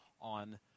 on